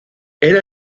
era